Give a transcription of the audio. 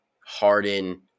Harden